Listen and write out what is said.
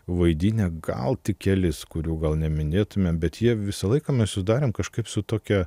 vaidinę gal tik kelis kurių gal neminėtumėm bet jie visą laiką mes sudarėme kažkaip su tokia